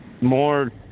more